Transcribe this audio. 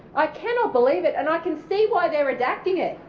i cannot believe it and i can see why they are redacting it.